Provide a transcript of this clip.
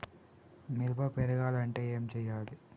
మిరప పెరగాలంటే ఏం పోయాలి?